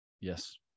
Yes